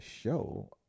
show